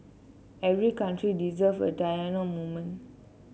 every country deserve a Diana moment